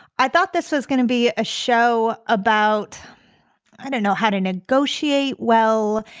i thought this is going to be a show about i don't know how to negotiate well,